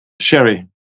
Sherry